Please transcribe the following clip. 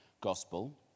gospel